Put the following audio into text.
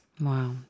Wow